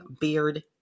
beard